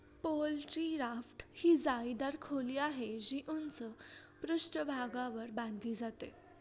poultry raft ही जाळीदार खोली आहे, जी उंच पृष्ठभागावर बांधली जाते